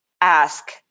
ask